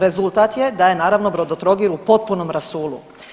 Rezultat je, da je naravno, Brodotrogir u potpunom rasulu.